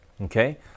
Okay